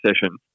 session